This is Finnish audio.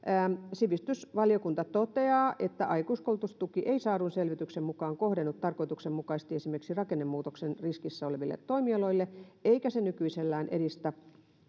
sivistysvaliokunta toteaa että aikuiskoulutustuki ei saadun selvityksen mukaan kohdennu tarkoituksenmukaisesti esimerkiksi rakennemuutoksen riskissä oleville toimialoille eikä se nykyisellään